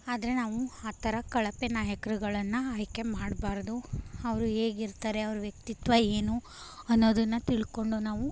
ಆದರೆ ನಾವು ಆ ಥರ ಕಳಪೆ ನಾಯಕ್ರುಗಳನ್ನು ಆಯ್ಕೆ ಮಾಡಬಾರ್ದು ಅವರು ಹೇಗಿರ್ತಾರೆ ಅವ್ರ ವ್ಯಕ್ತಿತ್ವ ಏನು ಅನ್ನೋದನ್ನು ತಿಳ್ಕೊಂಡು ನಾವು